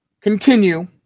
continue